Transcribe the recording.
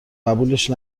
قبولش